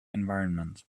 environment